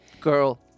girl